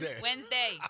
Wednesday